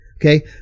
Okay